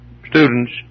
students